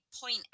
point